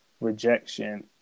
rejection